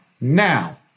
Now